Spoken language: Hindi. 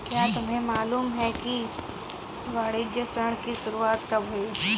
क्या तुम्हें मालूम है कि वाणिज्य ऋण की शुरुआत कब हुई?